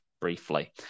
briefly